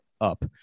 up